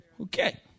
Okay